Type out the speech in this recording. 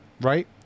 Right